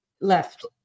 left